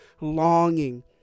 longing